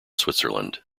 switzerland